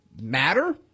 matter